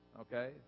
okay